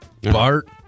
Bart